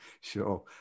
sure